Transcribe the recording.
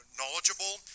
knowledgeable